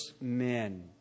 men